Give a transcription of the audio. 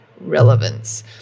relevance